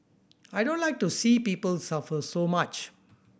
I don't like to see people suffer so much